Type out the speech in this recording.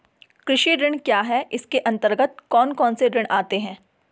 कृषि ऋण क्या है इसके अन्तर्गत कौन कौनसे ऋण आते हैं?